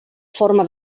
forma